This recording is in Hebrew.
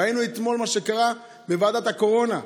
ראינו אתמול מה שקרה בוועדת הקורונה,